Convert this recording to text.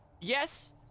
Yes